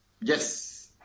Yes